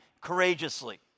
courageously